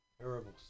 terrible